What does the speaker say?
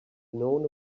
known